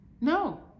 No